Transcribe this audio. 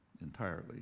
entirely